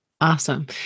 Awesome